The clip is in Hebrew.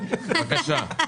בבקשה.